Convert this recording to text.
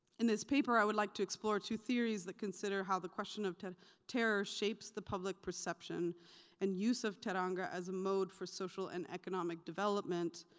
in this paper i would like to explore two theories that consider how the question of terror shapes the public perception and use of teranga as a mode for social and economic development,